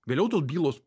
vėliau tos bylos